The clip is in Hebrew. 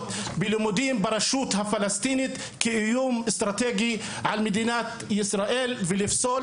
בלימודים ברשות הפלסטינית כאיום אסטרטגי על מדינת ישראל ולפסול,